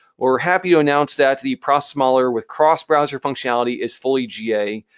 we're happy to announce that the process modeler with cross-browser functionality is fully ga.